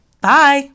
bye